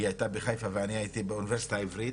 היא הייתה בחיפה ואני הייתי באוניברסיטה העברית,